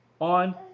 on